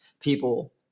people